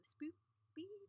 Spooky